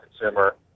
consumer